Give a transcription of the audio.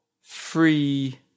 free